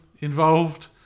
involved